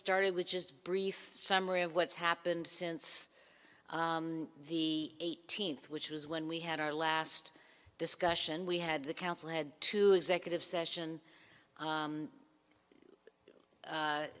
started with just a brief summary of what's happened since the eighteenth which was when we had our last discussion we had the council had to executive session